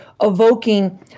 evoking